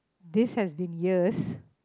this has been years